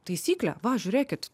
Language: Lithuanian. taisyklė va žiūrėkit